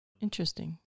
Interesting